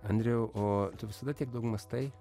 andriau o tu visada tiek daug mąstai